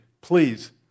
please